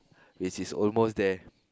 is is almost there